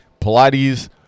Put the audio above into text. Pilates